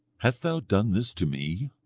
hast thou done this to me?